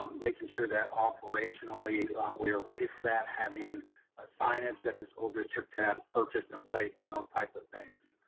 making sure that operationally we are ready for that. having ah signage that the school district has purchased in place and those types of things.